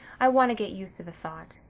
i want to get used to the thought.